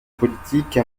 politique